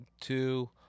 two